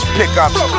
pickups